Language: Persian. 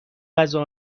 غذا